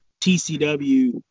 TCW